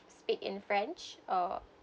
speak in french or